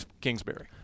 Kingsbury